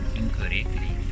incorrectly